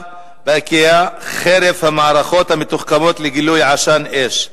ב"איקאה" חרף המערכות המתוחכמות לגילוי עשן ואש.